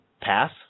pass